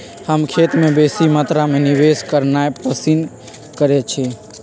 हम खेत में बेशी मत्रा में निवेश करनाइ पसिन करइछी